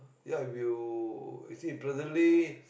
ya will you see presently